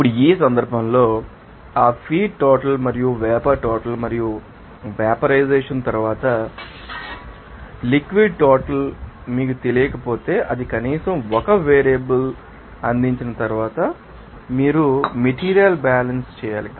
ఇప్పుడు ఈ సందర్భంలో ఆ ఫీడ్ టోటల్ మరియు వేపర్ టోటల్ మరియువెపరైజెషన్ం తరువాత లిక్విడ్ టోటల్ ఏమిటి అది మీకు తెలియకపోతే అది కనీసం 1 వేరియబుల్స్ అందించిన తర్వాత మీరు మెటీరియల్ బ్యాలెన్స్ చేయాలి